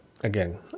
again